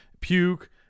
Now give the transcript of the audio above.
puke